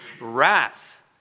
wrath